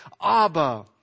Abba